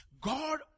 God